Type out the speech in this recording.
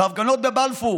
בהפגנות בבלפור